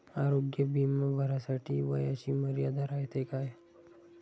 आरोग्य बिमा भरासाठी वयाची मर्यादा रायते काय?